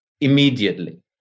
immediately